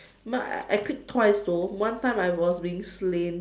but I I click twice though one time I was being flamed